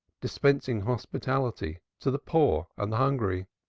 dispensing hospitality to the poor and the hungry.